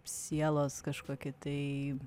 sielos kažkokį tai